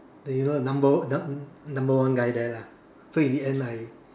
the you know number number one guy there lah so in the end I